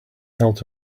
helped